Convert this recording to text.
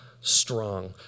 strong